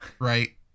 right